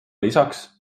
lisaks